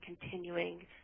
continuing